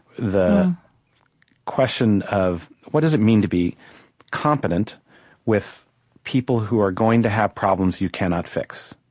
the question of what does it mean to be competent with people who are going to have problems you cannot fix?